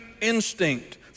instinct